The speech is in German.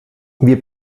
wir